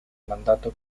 mandato